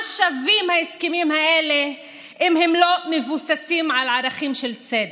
מה שווים ההסכמים האלה אם הם לא מבוססים על ערכים של צדק,